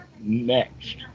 next